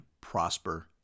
prosper